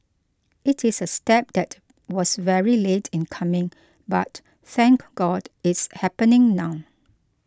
it is a step that was very late in coming but thank God it's happening now